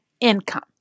income